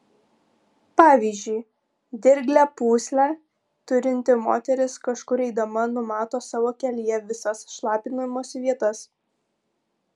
pavyzdžiui dirglią pūslę turinti moteris kažkur eidama numato savo kelyje visas šlapinimosi vietas